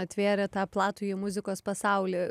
atvėrė tą platųjį muzikos pasaulį